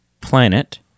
Planet